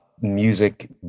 music